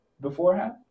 beforehand